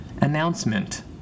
announcement